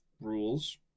rules